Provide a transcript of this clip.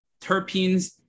terpenes